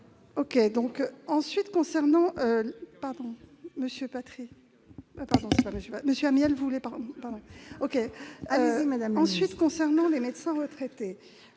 qui concerne les médecins retraités,